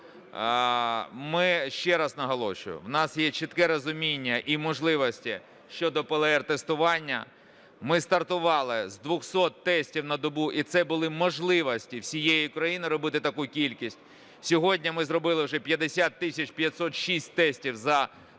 Ще раз наголошую, в нас є чітке розуміння і можливості щодо ПЛР-тестування. Ми стартували з 200 тестів на добу, і це були можливості всієї країни, робити таку кількість. Сьогодні ми зробили вже 50 тисяч 506 тестів за минулу